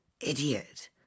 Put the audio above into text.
Idiot